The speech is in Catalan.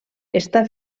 està